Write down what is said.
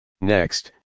Next